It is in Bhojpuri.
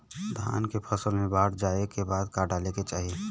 धान के फ़सल मे बाढ़ जाऐं के बाद का डाले के चाही?